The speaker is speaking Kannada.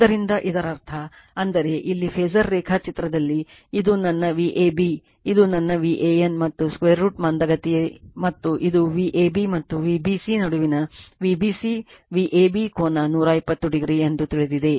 ಆದ್ದರಿಂದ ಅದರ ಅರ್ಥ ಅಂದರೆ ಇಲ್ಲಿ ಫಾಸರ್ ರೇಖಾಚಿತ್ರದಲ್ಲಿ ಇದು ನನ್ನ Vab ಇದು ನನ್ನ VAN ಮತ್ತು √ ಮಂದಗತಿ ಮತ್ತು ಇದು Vab ಮತ್ತು Vbc ನಡುವಿನ Vbc Vab ಕೋನ 120o ಎಂದು ತಿಳಿದಿದೆ